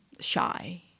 shy